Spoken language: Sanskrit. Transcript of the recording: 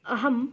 अहम्